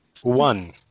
One